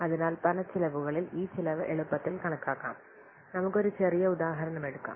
അതിനാൽ പണച്ചെലവുകളിൽ ഈ ചെലവ് എളുപ്പത്തിൽ കണക്കാക്കാം നമുക്ക് ഒരു ചെറിയ ഉദാഹരണം എടുക്കാം